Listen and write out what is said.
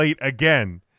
again